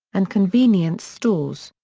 and convenience stores.